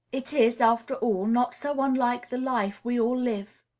it is, after all, not so unlike the life we all live.